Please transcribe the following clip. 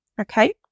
okay